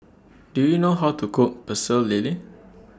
Do YOU know How to Cook Pecel Lele